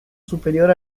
superior